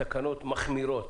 בתקנות מחמירות